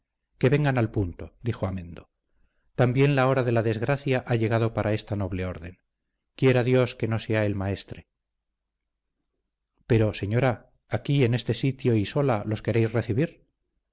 que vengan al punto dijo a mendo también la hora de la desgracia ha llegado para esta noble orden quiera dios que no sea el maestre pero señora aquí en este sitio y sola los queréis recibir